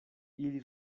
ili